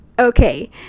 Okay